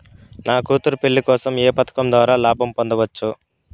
నా కూతురు పెళ్లి కోసం ఏ పథకం ద్వారా లాభం పొందవచ్చు?